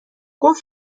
گفت